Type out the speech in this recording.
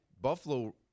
Buffalo